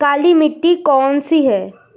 काली मिट्टी कौन सी है?